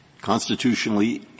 constitutionally